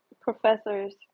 professors